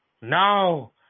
no